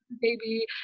baby